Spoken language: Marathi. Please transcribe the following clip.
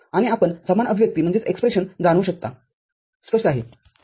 आणि आपण समान अभिव्यक्ति जाणवू शकता स्पष्ट आहे